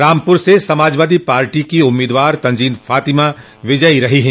रामपुर से समाजवादी पार्टी की उम्मीदवार तजीन फातिमा विजयी घोषित हुई है